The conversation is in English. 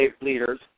leaders